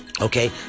Okay